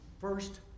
first